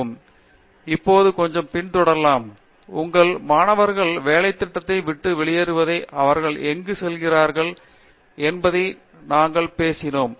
பேராசிரியர் பிரதாப் ஹரிதாஸ் சரி இப்போது கொஞ்சம் பின்தொடரலாம் உங்கள் மாணவர்கள் வேலைத்திட்டத்தை விட்டு வெளியேறுவதையும் அவர்கள் எங்கு செல்கிறார்கள் என்பதையும் நாங்கள் பேசினோம்